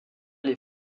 les